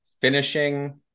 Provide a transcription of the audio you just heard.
finishing